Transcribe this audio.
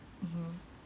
mmhmm